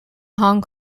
hong